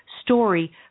story